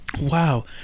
wow